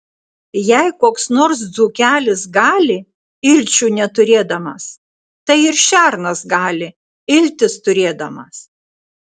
jei koks nors dzūkelis gali ilčių neturėdamas tai ir šernas gali iltis turėdamas